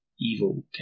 Evil